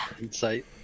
insight